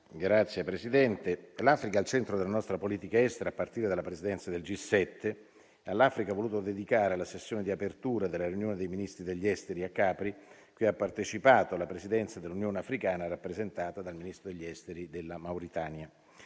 Presidente, l'Africa è al centro della nostra politica estera, a partire dalla Presidenza del G7, e ad esse ha voluto dedicare la sessione di apertura della riunione dei Ministri degli esteri a Capri, cui ha partecipato la Presidenza dell'Unione africana, rappresentata dal Ministro degli esteri della Mauritania.